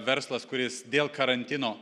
verslas kuris dėl karantino